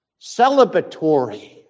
celebratory